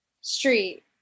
Street